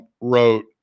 wrote